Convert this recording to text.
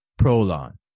Prolon